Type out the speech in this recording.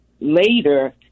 later